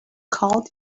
called